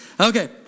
Okay